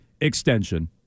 extension